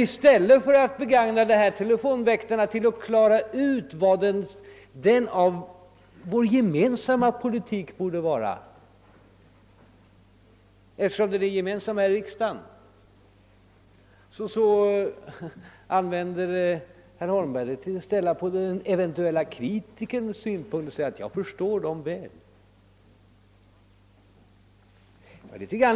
I stället för att begagna telefonväktarprogrammet till att klara ut vad vår gemensamma politik borde vara — eftersom den är gemensam här i riksdagen — ansluter sig herr Holmberg till den eventuella kritikerns ståndpunkt. Det är